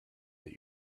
that